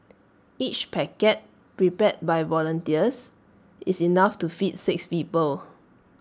each packet prepared by volunteers is enough to feed six people